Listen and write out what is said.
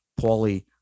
Paulie